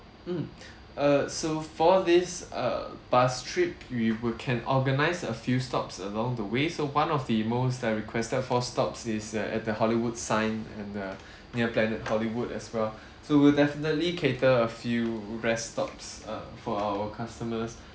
um err so for this uh bus trip we would can organize a few stops along the way so one of the most that are requested for stops is err at the hollywood sign and err near planet hollywood as well so we'll definitely cater a few rest stops uh for our customers